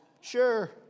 Sure